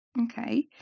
Okay